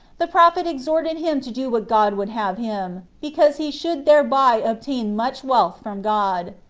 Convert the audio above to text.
the prophet exhorted him to do what god would have him, because he should thereby obtain much wealth from god.